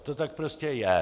To tak prostě je.